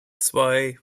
zwei